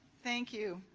thank you.